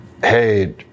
hey